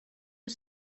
you